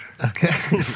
Okay